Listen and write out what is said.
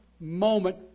moment